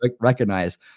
recognize